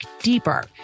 deeper